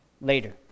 later